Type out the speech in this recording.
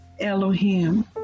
Elohim